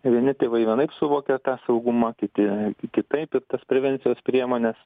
vieni tėvai vienaip suvokia tą saugumą kiti kitaip ir tas prevencijos priemones